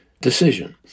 decision